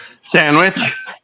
Sandwich